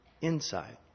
inside